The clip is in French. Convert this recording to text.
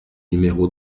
numéro